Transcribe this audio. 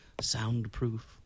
soundproof